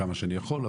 כמה שאני יכול,